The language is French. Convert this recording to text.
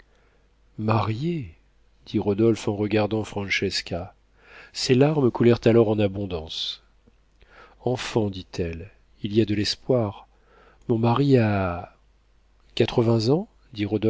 mariée dit rodolphe en regardant francesca ses larmes coulèrent alors en abondance enfant dit-elle il y a de l'espoir mon mari a quatre-vingts ans